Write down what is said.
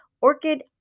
Orchid